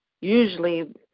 usually